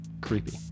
Creepy